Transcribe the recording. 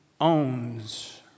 owns